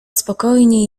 spokojnie